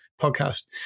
podcast